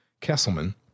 Kesselman